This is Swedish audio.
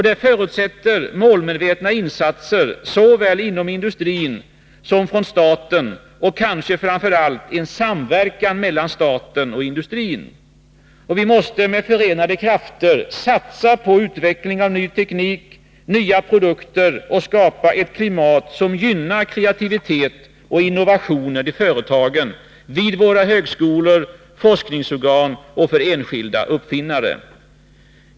Det förutsätter målmedvetna insatser såväl inom industrin som från staten och kanske framför allt en samverkan mellan staten och industrin. Vi måste med förenade krafter satsa på utveckling av ny teknik och nya produkter och skapa ett klimat som gynnar kreativitet och innovationer i företagen, vid våra högskolor och forskningsorgan och för enskilda uppfinnare.